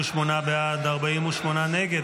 58 בעד, 48 נגד.